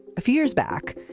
a few years back,